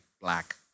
black